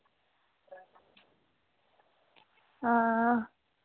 हां